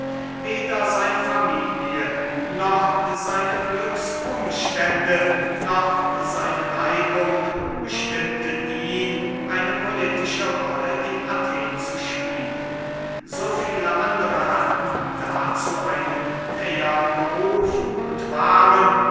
weder seine familie noch seine glücksumstände noch seine neigung bestimmten ihn eine politische rolle in athen zu spielen so viele andere hatten dazu einen nähern beruf und waren